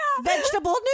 Vegetable